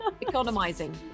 economizing